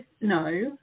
no